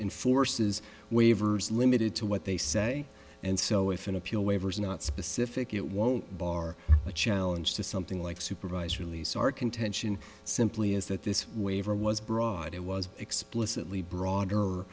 enforces waivers limited to what they say and so if an appeal waivers are not specific it won't bar a challenge to something like supervised release our contention simply is that this waiver was broad it was explicitly broader